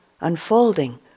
unfolding